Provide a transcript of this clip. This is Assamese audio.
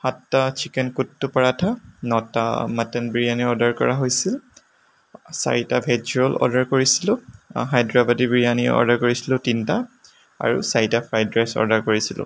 সাতটা ছিকেন কুট্টো পৰাঠা নটা মটন বিৰিয়ানি অৰ্ডাৰ কৰা হৈছিল চাৰিটা ভেজ ৰ'ল অৰ্ডাৰ কৰিছিলোঁ হাইদৰাবাদি বিৰিয়ানি অৰ্ডাৰ কৰিছিলোঁ তিনিটা আৰু চাৰিটা ফ্ৰাইদ ৰাইচ অৰ্ডাৰ কৰিছিলোঁ